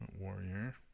Warrior